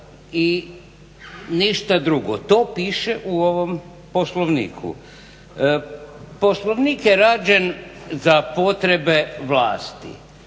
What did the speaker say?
i ništa drugo. To piše u ovom Poslovniku. Poslovnik je rađen za potrebe vlasti.